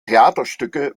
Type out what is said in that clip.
theaterstücke